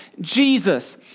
Jesus